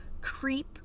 creep